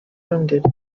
wounded